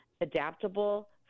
adaptable